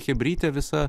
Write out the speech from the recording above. chebrytė visa